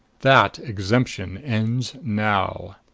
that exemption ends now.